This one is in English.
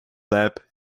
lab